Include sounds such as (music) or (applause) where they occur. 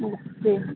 (unintelligible) पे